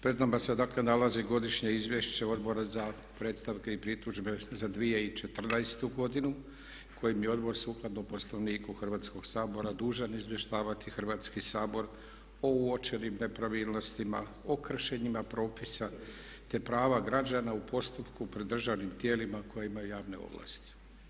Pred nama se dakle nalazi Godišnje izvješće Odbora za predstavke i pritužbe za 2014. godinu kojim je Odbor sukladno Poslovniku Hrvatskoga sabora dužan izvještavati Hrvatski sabor o uočenim nepravilnostima, o kršenjima propisa te prava građana u postupku pred državnim tijelima koje imaju javne ovlasti.